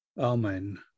Amen